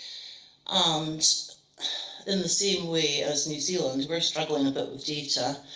and in the same way as new zealand, we're struggling a bit with data.